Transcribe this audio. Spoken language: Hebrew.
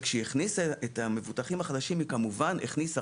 וכשהיא הכניסה את המבוטחים החדשים היא כמובן הכניסה